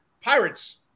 Pirates